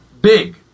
big